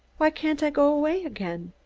why can't i go away again?